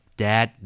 dad